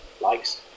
likes